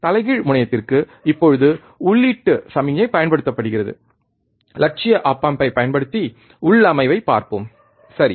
தலைகீழ் முனையத்திற்கு இப்போது உள்ளீட்டு சமிக்ஞை பயன்படுத்தப்படுகிறது இலட்சிய ஒப் ஆம்பைப் பயன்படுத்தி உள்ளமைவைப் பார்ப்போம் சரி